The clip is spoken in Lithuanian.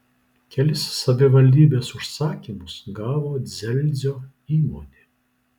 kelis savivaldybės užsakymus gavo dzelzio įmonė